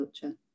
culture